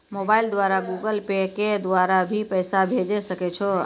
Mobile द्वारा Google Pay के द्वारा भी पैसा भेजै सकै छौ?